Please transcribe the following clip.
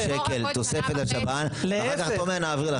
שקל תוספת לשב"ן ואחר כך אתה אומר: נעביר לכם.